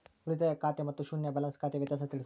ಉಳಿತಾಯ ಖಾತೆ ಮತ್ತೆ ಶೂನ್ಯ ಬ್ಯಾಲೆನ್ಸ್ ಖಾತೆ ವ್ಯತ್ಯಾಸ ತಿಳಿಸಿ?